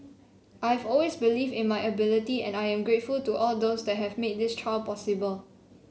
I have always believed in my ability and I am grateful to all those that have made this trial possible